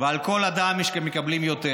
ועל כל אדם הם מקבלים יותר,